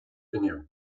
inniu